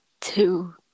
two